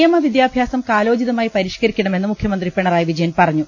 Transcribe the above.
നിയമവിദ്യാഭ്യാസം കാലോചിതമായി പരിഷ്കരിക്കണമെന്ന് മുഖ്യമന്ത്രി പിണറായി വിജയൻ പറഞ്ഞു